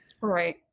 Right